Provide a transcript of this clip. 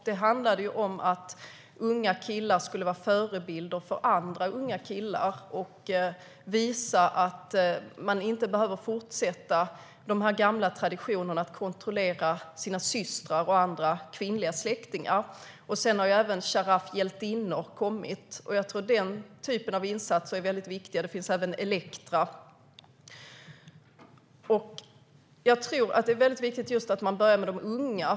Det handlade om att unga killar skulle vara förebilder för andra unga killar och visa att man inte behöver fortsätta den gamla traditionen att kontrollera sina systrar och andra kvinnliga släktingar. Sedan har även Sharaf Hjältinnor kommit. Jag tror att denna typ av insatser är väldigt viktig. Projektet Elektra är ett annat exempel. Jag tror att det är väldigt viktigt att man börjar med de unga.